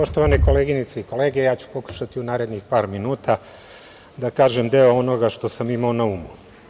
Poštovane koleginice i kolege, ja ću pokušati u narednih par minuta da kažem deo onoga što sam imao na umu.